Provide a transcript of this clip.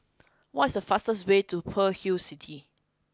what is the fastest way to Pearl's Hill City